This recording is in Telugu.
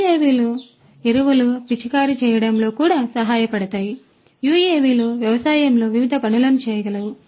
కాబట్టి యుఎవిలు ఎరువులు పిచికారీ చేయడంలో కూడా సహాయపడతాయి యుఎవిలు వ్యవసాయంలో వివిధ పనులను చేయగలవు